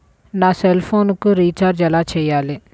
నా సెల్ఫోన్కు రీచార్జ్ ఎలా చేయాలి?